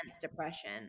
depression